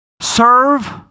Serve